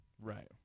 right